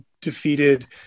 defeated